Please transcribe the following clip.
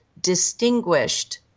distinguished